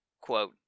quote